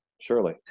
surely